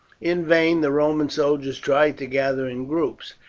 in vain the roman soldiers tried to gather in groups.